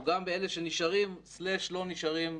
הוא גם באלה שנשארים/לא נשארים,